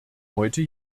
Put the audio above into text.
heute